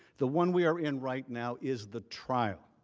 the one we are in right now is the trial.